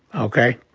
okay?